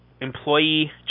Employee